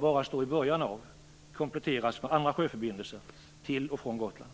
bara står i början av - kompletteras med andra sjöförbindelser till och från Gotland.